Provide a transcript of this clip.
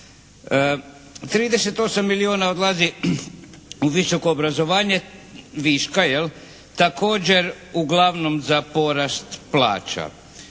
38 milijuna odlazi u visoko obrazovanje viška također uglavnom za porast plaća.